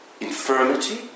infirmity